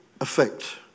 effect